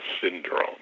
syndrome